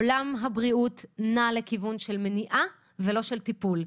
עולם הבריאות נא לכיוון של מניעה ולא טיפול.